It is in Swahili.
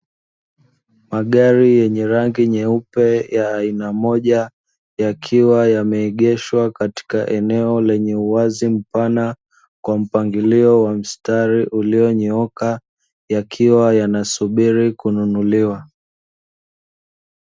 Magari yenye rangi nyeupe ya aina moja, yakiwa yameegeshwa katika eneo lenye uwazi mpana, kwa mpangilio wa mstari ulionyooka. Yakiwa yanasubiri kununuliwa.